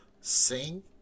Sing